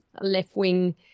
left-wing